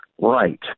right